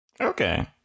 Okay